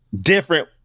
different